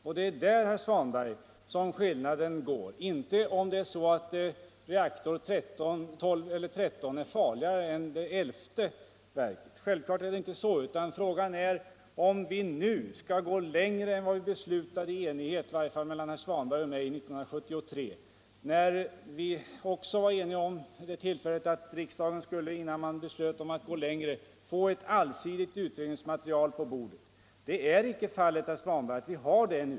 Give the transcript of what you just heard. Det gäller därför inte, herr Svanberg, om reaktor 12 är farligare än reaktor 11 — självklart är det inte så. Det handlar om huruvida vi nu skall gå längre än vad vi var eniga om, åtminstone herr Svanberg och jag, år 1973. Då var vi också eniga om att riksdagen skulle få ett allsidigt utredningsmaterial på bordet innan man gick längre. Men ännu saknas detta material.